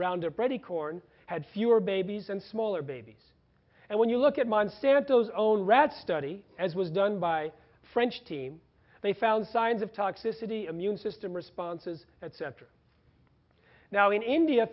roundup ready corn had fewer babies and smaller babies and when you look at monsanto's own rats study as was done by french team they found signs of toxicity immune system responses that's after now in india